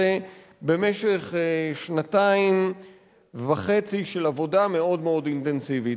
במשך שנתיים וחצי של עבודה מאוד מאוד אינטנסיבית,